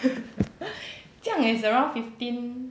这样 is around fifteen